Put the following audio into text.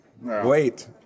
wait